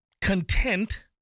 content